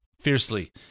fiercely